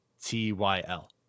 T-Y-L